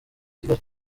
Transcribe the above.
kigali